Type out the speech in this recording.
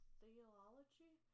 theology